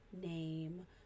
name